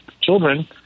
children